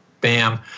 bam